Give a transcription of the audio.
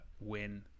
win